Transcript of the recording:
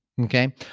Okay